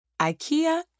IKEA